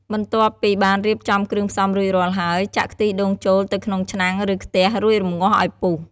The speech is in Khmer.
បន្ទាប់ពីបានរៀបចំគ្រឿងផ្សំរួចរាល់ហើយ ចាក់ខ្ទិះដូងចូល ទៅក្នុងឆ្នាំង ឬខ្ទះ រួច រម្ងាស់ឲ្យពុះ។